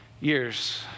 years